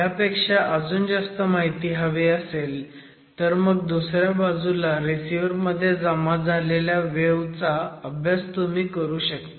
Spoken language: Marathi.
ह्यापेक्षा अजून जास्त माहिती हवी असेल तर मग दुसऱ्या बाजूला रिसिव्हर मध्ये जमा झालेल्या वेव्ह चा अभ्यास तुम्ही करू शकता